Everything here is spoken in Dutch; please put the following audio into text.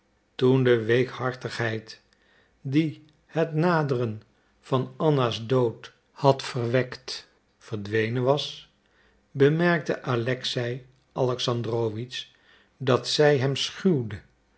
toen de weekhartigheid die het naderen van anna's dood had verwekt verdwenen was bemerkte alexei alexandrowitsch dat zij hem schuwde